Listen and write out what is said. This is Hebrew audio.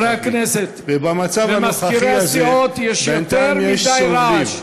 ובמצב הנוכחי הזה בינתיים יש סובלים.